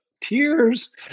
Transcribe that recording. tears